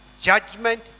judgment